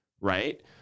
right